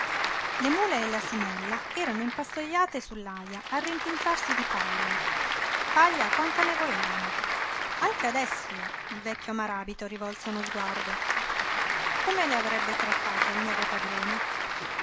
le mule e l'asinella erano impastojate su l'aja a rimpinzarsi di paglia paglia quanta ne volevano anche ad esse il vecchio maràbito rivolse uno sguardo come le avrebbe trattate il nuovo padrone